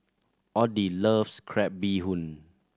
Oddie loves crab bee hoon